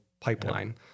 pipeline